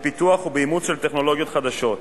בפיתוח ובאימוץ של טכנולוגיות חדשות,